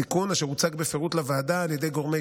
סיכון אשר הוצג בפירוט לוועדה על ידי גורמי